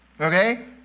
okay